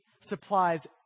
Supplies